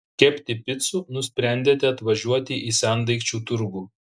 kepti picų nusprendėte atvažiuoti į sendaikčių turgų